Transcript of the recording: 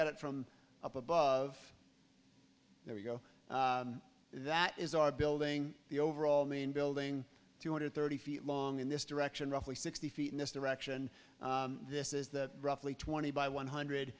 at it from up above there we go that is our building the overall main building two hundred thirty feet long in this direction roughly sixty feet in this direction this is the roughly twenty by one hundred